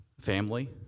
family